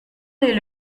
des